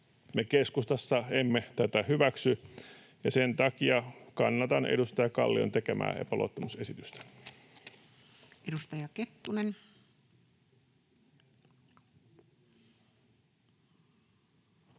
Me keskustassa emme tätä hyväksy, ja sen takia kannatan edustaja Kallion tekemää epäluottamusesitystä. Edustaja Kettunen.